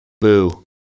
boo